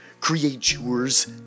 creatures